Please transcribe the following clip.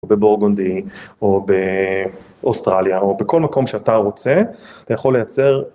בבורגונדי או באוסטרליה או בכל מקום שאתה רוצה אתה יכול לייצר.